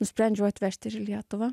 nusprendžiau atvežt ir į lietuvą